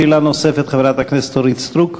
שאלה נוספת לחברת הכנסת אורית סטרוק.